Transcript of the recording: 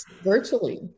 virtually